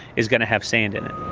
is going to have sand in it,